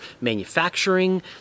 manufacturing